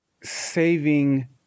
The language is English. saving